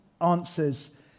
answers